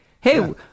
hey